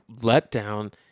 letdown